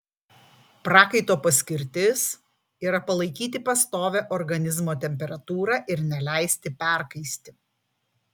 prakaito paskirtis yra palaikyti pastovią organizmo temperatūrą ir neleisti perkaisti